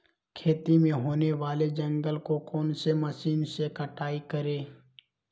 खेत में होने वाले जंगल को कौन से मशीन से कटाई करें?